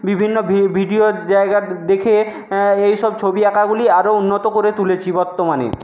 বিভিন্ন ভিডিওর জায়গা দেখে এই সব ছবি আঁকাগুলি আরও উন্নত করে তুলেছি বর্তমানে